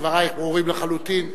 דברייך ברורים לחלוטין.